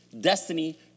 destiny